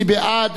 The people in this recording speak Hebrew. מי בעד?